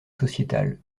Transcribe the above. sociétale